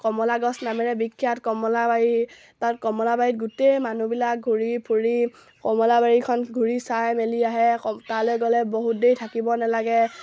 কমলাগছ নামেৰে বিখ্যাত কমলাবাৰী তাত কমলাবাৰীত গোটেই মানুহবিলাক ঘূৰি ফুৰি কমলাবাৰীখন ঘূৰি চাই মেলি আহে আকৌ তালৈ গ'লে বহুত দেৰি থাকিব নেলাগে